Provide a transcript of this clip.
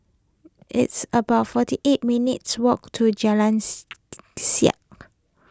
it's about forty eight minutes' walk to Jalan Siap